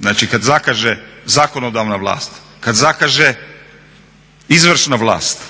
znači kada kaže zakonodavna vlast, kada zakaže izvršna vlast,